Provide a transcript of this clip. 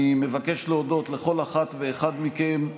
אני מבקש להודות לכל אחת ואחד מכם,